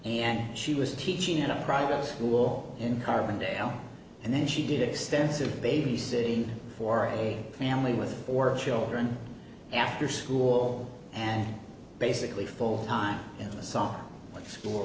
and she was teaching in a private school in carbondale and then she did extensive babysitting for a family with four children after school and basically full time in